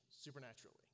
supernaturally